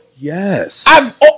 Yes